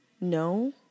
No